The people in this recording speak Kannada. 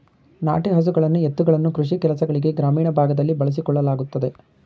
ನಾಟಿ ಹಸುಗಳನ್ನು ಎತ್ತುಗಳನ್ನು ಕೃಷಿ ಕೆಲಸಗಳಿಗೆ ಗ್ರಾಮೀಣ ಭಾಗದಲ್ಲಿ ಬಳಸಿಕೊಳ್ಳಲಾಗುತ್ತದೆ